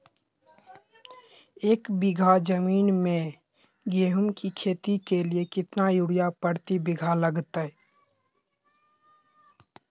एक बिघा जमीन में गेहूं के खेती के लिए कितना यूरिया प्रति बीघा लगतय?